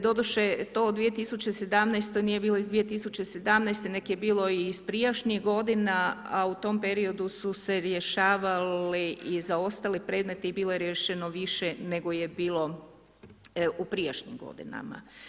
Doduše, to u 2017. nije bilo iz 2017. nego je bilo i iz prijašnjih godina, a u tom periodu su se rješavali i zaostali predmeti i bilo je riješeno više nego je bilo u prijašnjim godinama.